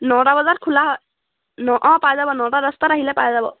নটা বজাত খোলা হয় ন অঁ পাই যাব নটা দহটাত আহিলে পাই যাব